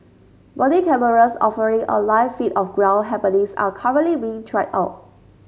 body cameras offering a live feed of ground happenings are currently being tried out